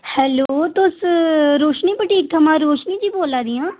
hello तुस Roshni boutique थमां रोशनी जी बोल्ला दियां